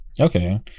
okay